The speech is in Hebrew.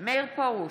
מאיר פרוש,